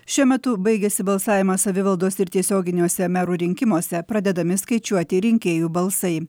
šiuo metu baigiasi balsavimas savivaldos ir tiesioginiuose merų rinkimuose pradedami skaičiuoti rinkėjų balsai